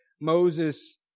Moses